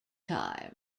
time